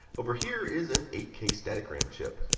over here is an eight k static ram chip.